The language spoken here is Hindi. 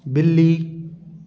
बिल्ली